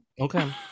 okay